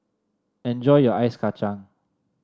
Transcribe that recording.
enjoy your Ice Kacang